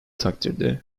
takdirde